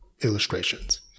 illustrations